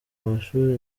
amashuri